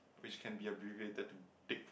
which can be a abbreviated pick